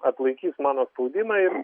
atlaikys mano spaudimą ir